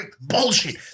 bullshit